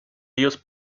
ellos